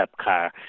car